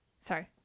Sorry